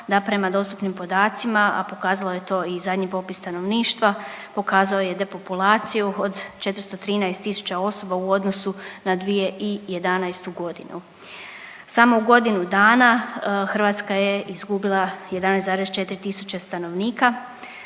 da prema dostupnim podacima, a pokazalo je to i zadnji popis stanovništva, pokazao je depopulaciju od 413 000 osoba u odnosu na 2011. godinu. Samo u godinu dana Hrvatska je izgubila 11,4 tisuće stanovnika.